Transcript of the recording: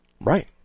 Right